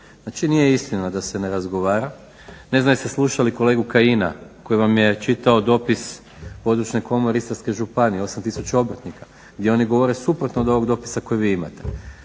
Znači nije istina da se ne razgovara. Ne znam jeste li slušali kolegu Kajina koji vam je čitao dopis Područne komore Istarske županije 8 tisuća obrtnika gdje oni govore suprotno od ovog dopisa koji vi imate.